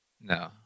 No